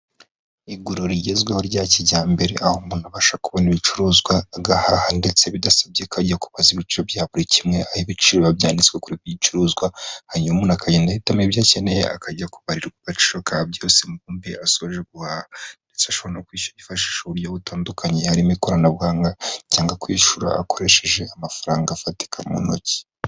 Iguriro rigezweho rya kijyambere aho umuntu abasha kubona ibicuruzwa, agahaha ndetse bidasabye ko ajya kubaza ibiciro bya buri kimwe, aho ibiciro byanditswe kuri buri gicuruzwa; hanyuma akagenda ahitamo ibyo akeneye akajya kubarwa agaciro ka byose mbumbe asoje guhaha. Ndetse ashobora kwifashisha uburyo butandukanye, harimo ikoranabuhanga cyangwa kwishyura akoresheje amafaranga afatika mu ntoki.